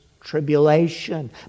tribulation